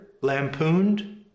lampooned